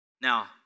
Now